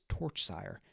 Torchsire